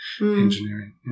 engineering